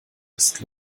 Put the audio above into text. ist